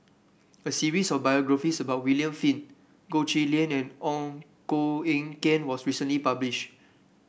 a series of biographies about William Flint Goh Chiew Lye and On Koh Eng Kian was recently published